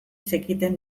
zekiten